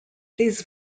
these